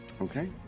Okay